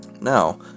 Now